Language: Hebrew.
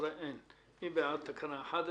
מי בעד תקנה 11?